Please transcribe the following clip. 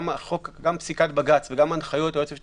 גם פסיקת בג"ץ וגם הנחיות היועץ המשפטי